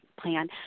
plan